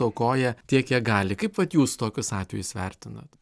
aukoja tiek kiek gali kaip vat jūs tokius atvejus vertinat